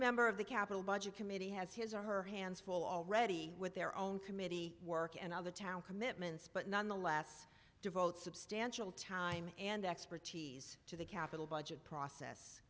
member of the capital budget committee has his or her hands full already with their own committee work and other town commitments but nonetheless devote substantial time and expertise to the capital budget process